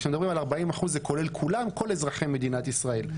כשאני מדבר על 40% זה כולל כולם כל אזרחי מדינת ישראל.